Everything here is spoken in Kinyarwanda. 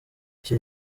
icyo